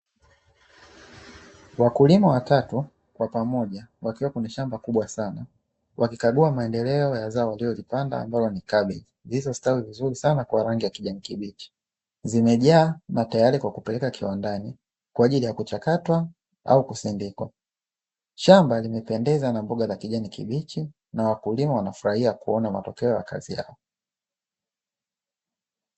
Wakulima watatu kwa pamoja wakiwa kwenye shamba kubwa sana, wakikagua maendeleo ya zao walilolipanda ambalo ni kabeji, zilizostawi vizuri sana kwa rangi ya kijani kibichi. Zimejaa na tayari kwa kupeleka kiwandani, kwa ajili ya kuchakatwa au kusindikwa. Shamba limependeza na mboga za kijani kibichi, na wakulima wanafurahia kuona matokeo ya kazi yao.